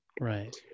Right